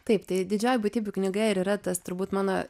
taip tai didžioji būtybių knyga ir yra tas turbūt mano